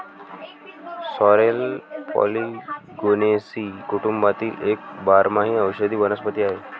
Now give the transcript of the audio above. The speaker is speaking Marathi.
सॉरेल पॉलिगोनेसी कुटुंबातील एक बारमाही औषधी वनस्पती आहे